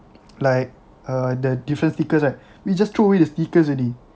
like err the different stickers right we just throw away the stickers already